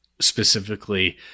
specifically